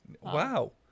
Wow